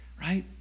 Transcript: right